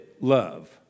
love